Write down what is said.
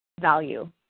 value